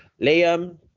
Liam